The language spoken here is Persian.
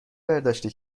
برداشتی